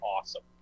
awesome